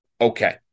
Okay